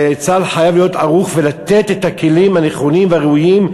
וצה"ל חייב להיות ערוך ולתת את הכלים הנכונים והראויים,